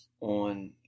on